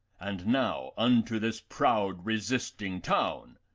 and now unto this proud resisting town!